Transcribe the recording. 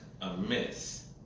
amiss